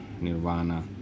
Nirvana